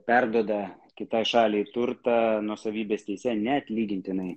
perduoda kitai šaliai turtą nuosavybės teise neatlygintinai